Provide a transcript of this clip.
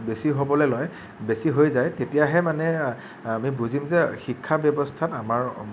বেছি হ'বলৈ লয় বেছি হৈ যায় তেতিয়াহে মানে আমি বুজিম যে শিক্ষা ব্যৱস্থাত আমাৰ